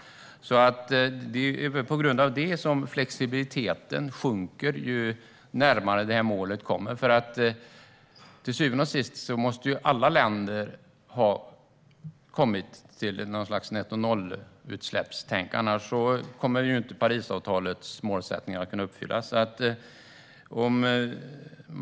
Det är på grund av det som flexibiliteten sjunker ju närmare målet man kommer. Till syvende och sist måste alla länder ha kommit fram till något slags netto-noll-utsläpp-tänk. Annars kommer inte Parisavtalets målsättningar att kunna uppfyllas.